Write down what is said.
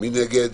מי נגד?